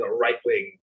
right-wing